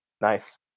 Nice